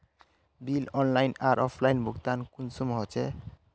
Bill online आर offline भुगतान कुंसम होचे?